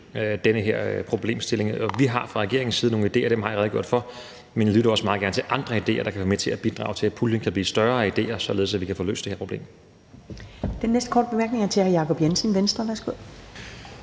den her problemstilling. Vi har fra regeringens side nogle idéer. Dem har jeg redegjort for, men jeg lytter også meget gerne til andre idéer, der kan være med til at bidrage til, at puljen af idéer kan blive større, således at vi kan få løst det her problem. Kl. 14:34 Første næstformand (Karen